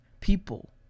people